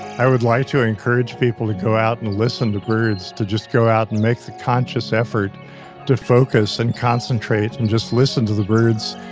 i would like to ah encourage people to go out and listen to birds, to just go out and make the conscious effort to focus, and concentrate, and just listen to the birds.